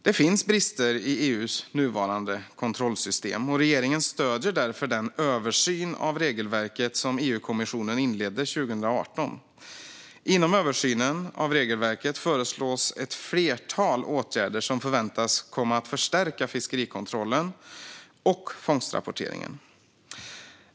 Det finns brister i EU:s nuvarande kontrollsystem, och regeringen stöder därför den översyn av regelverket som EU-kommissionen inledde 2018. Inom översynen av regelverket föreslås ett flertal åtgärder som förväntas komma att förstärka fiskerikontrollen och fångstrapporteringen.